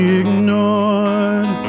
ignored